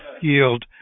yield